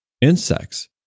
insects